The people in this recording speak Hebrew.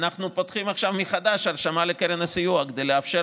ואנחנו פותחים עכשיו מחדש הרשמה לקרן הסיוע כדי לאפשר